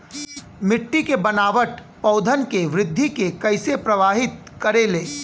मिट्टी के बनावट पौधन के वृद्धि के कइसे प्रभावित करे ले?